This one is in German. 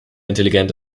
intelligent